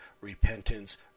repentance